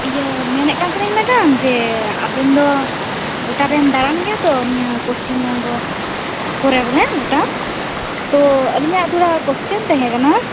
ᱤᱭᱟ ᱢᱮᱱᱮᱫ ᱠᱟᱱ ᱛᱟᱦᱮᱱᱤᱧ ᱢᱮᱹᱰᱟᱢ ᱡᱮ ᱟᱵᱤᱱ ᱫᱚ ᱜᱚᱴᱟᱵᱮᱱ ᱫᱟᱬᱟᱱ ᱜᱮᱭᱟᱛᱚ ᱱᱤᱭᱟᱹ ᱯᱚᱥᱪᱤᱢᱵᱚᱝᱜᱚ ᱠᱚᱨᱮ ᱵᱚᱞᱮ ᱜᱚᱴᱟ ᱛᱚ ᱟ ᱞᱤᱧᱟᱜ ᱛᱷᱚᱲᱟ ᱠᱚᱥᱪᱮᱱ ᱛᱟᱦᱮᱸ ᱠᱟᱱᱟ